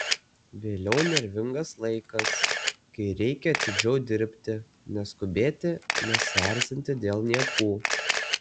vėliau nervingas laikas kai reikia atidžiau dirbti neskubėti nesierzinti dėl niekų